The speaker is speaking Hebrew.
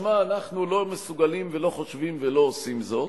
משמע אנחנו לא מסוגלים ולא חושבים ולא עושים זאת.